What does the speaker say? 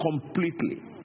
completely